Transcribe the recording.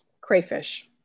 Crayfish